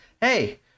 hey